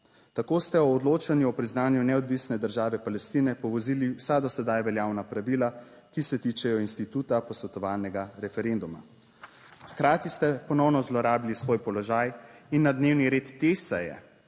Tako ste ob odločanju o priznanju neodvisne države Palestine povozili vsa do sedaj veljavna pravila, ki se tičejo instituta posvetovalnega referenduma. Hkrati ste ponovno zlorabili svoj položaj in na dnevni red te seje